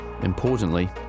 importantly